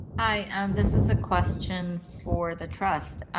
hi. um, this is a question for the trust.